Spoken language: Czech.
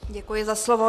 Děkuji za slovo.